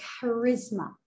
charisma